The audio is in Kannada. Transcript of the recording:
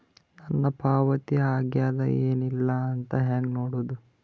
ನನ್ನ ಪಾವತಿ ಆಗ್ಯಾದ ಏನ್ ಇಲ್ಲ ಅಂತ ಹೆಂಗ ನೋಡುದು?